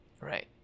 Right